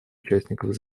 участников